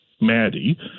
Maddie